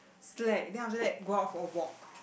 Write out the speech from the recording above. slack then after that go out for a walk